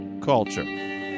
Culture